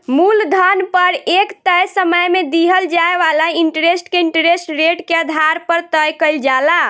मूलधन पर एक तय समय में दिहल जाए वाला इंटरेस्ट के इंटरेस्ट रेट के आधार पर तय कईल जाला